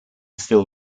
still